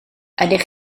ydych